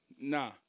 Nah